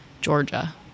Georgia